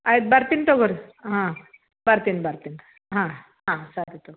ಆಯ್ತು ಬರ್ತೀನಿ ತಗೊಳಿ ಹಾಂ ಬರ್ತೀನಿ ಬರ್ತೀನಿ ಹಾಂ ಹಾಂ ಸರಿ ತಗೊಳಿ